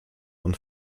und